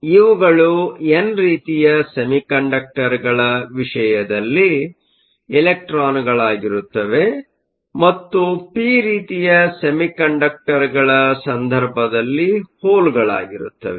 ಆದ್ದರಿಂದ ಇವುಗಳು ಎನ್ ರೀತಿಯ ಸೆಮಿಕಂಡಕ್ಟರ್ಗಳ ವಿಷಯದಲ್ಲಿ ಎಲೆಕ್ಟ್ರಾನ್ಗಳಾಗಿರುತ್ತವೆ ಮತ್ತು ಪಿ ರೀತಿಯ ಸೆಮಿಕಂಡಕ್ಟರ್ಗಳ ಸಂದರ್ಭದಲ್ಲಿ ಹೋಲ್ಗಳಾಗಿರುತ್ತವೆ